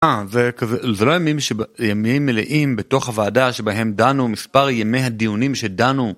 אה, זה כזה זה לא ימים שב, זה ימים מלאים בתוך הוועדה שבהם דנו מספר ימי הדיונים שדנו?